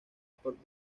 sport